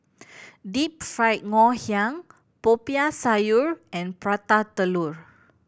Deep Fried Ngoh Hiang Popiah Sayur and Prata Telur